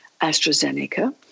AstraZeneca